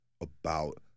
about-